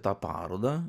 tą parodą